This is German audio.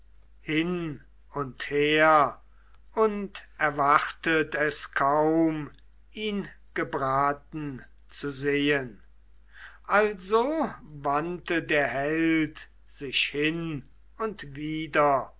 hin und her und erwartet es kaum ihn gebraten zu sehen also wandte der held sich hin und wider